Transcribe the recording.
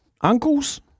uncles